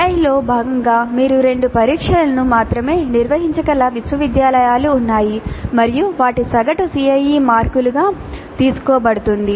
CIE లో భాగంగా మీరు రెండు పరీక్షలను మాత్రమే నిర్వహించగల విశ్వవిద్యాలయాలు ఉన్నాయి మరియు వాటి సగటు CIE మార్కులుగా తీసుకోబడుతుంది